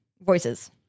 Voices